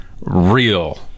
real